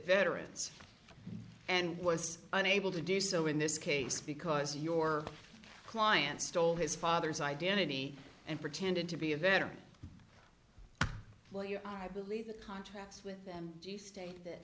veterans and was unable to do so in this case because your client stole his father's identity and pretended to be a veteran lawyer i believe the contracts with them do state that